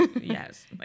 Yes